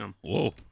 Whoa